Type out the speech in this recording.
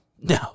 No